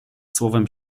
słowem